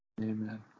Amen